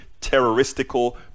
terroristical